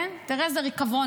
תראה איזה ריקבון,